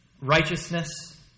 righteousness